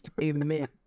Amen